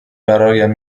برایم